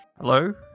Hello